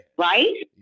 right